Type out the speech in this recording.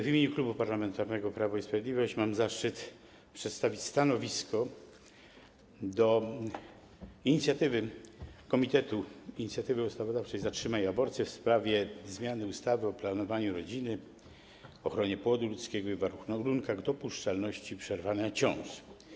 W imieniu Klubu Parlamentarnego Prawo i Sprawiedliwość mam zaszczyt przedstawić stanowisko wobec inicjatywy Komitetu Inicjatywy Ustawodawczej „Zatrzymaj aborcję” w sprawie zmiany ustawy o planowaniu rodziny, ochronie płodu ludzkiego i warunkach dopuszczalności przerwania ciąży.